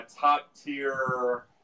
top-tier